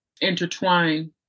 intertwine